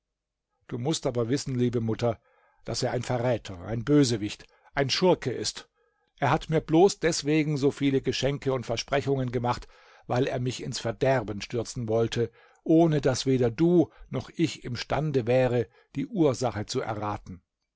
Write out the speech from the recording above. du mußt aber wissen liebe mutter daß er ein verräter ein bösewicht ein schurke ist er hat mir bloß deswegen so viele geschenke und versprechungen gemacht weil er mich ins verderben stürzen wollte ohne daß weder du noch ich imstande wäre die ursache zu erraten